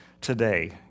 today